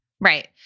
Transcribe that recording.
Right